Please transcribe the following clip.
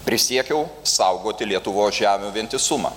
prisiekiau saugoti lietuvos žemių vientisumą